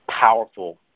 powerful